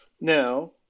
Now